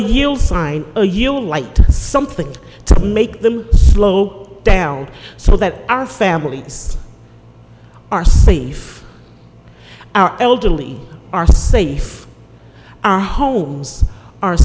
you'll sign a you'll light something to make them slow down so that our families are safe our elderly are safe our homes are